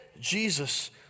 Jesus